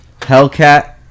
Hellcat